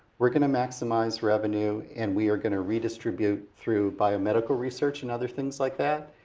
we're gonna maximize revenue. and we are gonna redistribute, through biomedical research and other things like that.